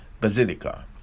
Basilica